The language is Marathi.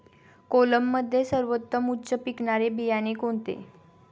कोलममध्ये सर्वोत्तम उच्च पिकणारे बियाणे कोणते?